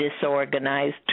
disorganized